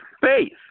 faith